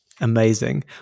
Amazing